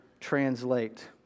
translate